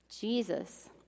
Jesus